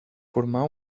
formà